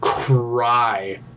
Cry